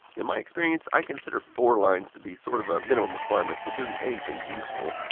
in my experience, i consider four lines to be sort of a minimum requirement for doing anything useful.